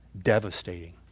devastating